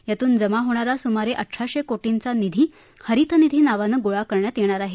यातून जमा होणारा सुमारे अठराशे कोटींचा निधी हरित निधी नावाने गोळा करण्यात येणार आहे